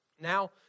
Now